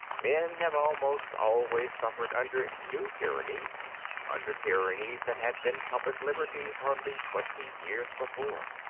men have almost always suffered under new tyrannies under tyrannies that had been public liberties hardly twenty years before.